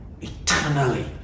eternally